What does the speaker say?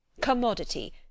Commodity